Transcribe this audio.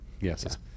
Yes